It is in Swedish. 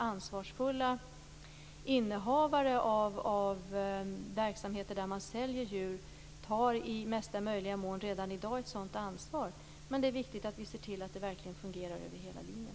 Ansvarsfulla innehavare av verksamheter där man säljer djur tar i regel i mesta möjliga mån redan i dag ett sådant ansvar. Men det är viktigt att vi ser till att det verkligen fungerar över hela linjen.